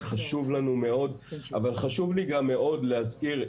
זה חשוב לנו מאוד אבל גם חשוב לי מאוד להזכיר.